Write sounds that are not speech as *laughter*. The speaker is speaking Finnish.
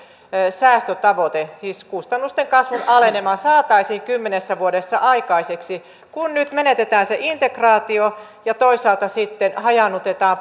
säästötavoite siis kustannusten kasvun alenema joka saataisiin kymmenessä vuodessa aikaiseksi kun nyt menetetään se integraatio ja toisaalta sitten hajaannutetaan *unintelligible*